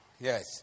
Yes